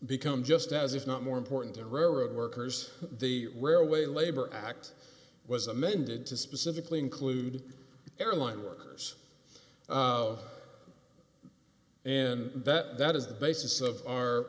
become just as if not more important to railroad workers the railway labor act was amended to specifically include airline workers and that is the basis of our